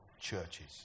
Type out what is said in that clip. churches